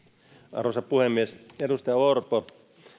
arvoisa puhemies edustaja orpo